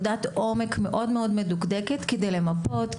עומק מאוד מאוד מדוקדקת כדי למפות,